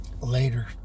Later